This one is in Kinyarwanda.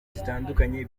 zitandukanye